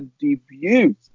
debut